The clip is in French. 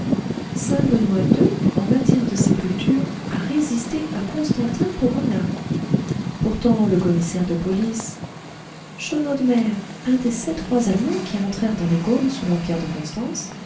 saint benoît ii en matière de sépulture a résisté à constantin pogonat pourtant le commissaire de police chonodemaire un des sept rois allemands qui entrèrent dans les gaules sous l'empire de constance